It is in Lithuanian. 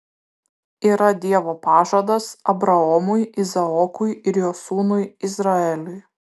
yra dievo pažadas abraomui izaokui ir jo sūnui izraeliui